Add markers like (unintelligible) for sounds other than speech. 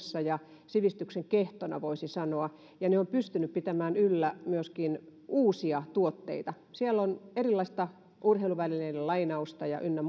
suomessa ja sivistyksen kehtona voisi sanoa kirjastot ovat pystyneet pitämään yllä myöskin uusia tuotteita siellä on erilaista urheiluvälinelainausta ynnä (unintelligible)